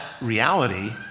reality